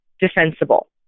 defensible